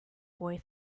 boy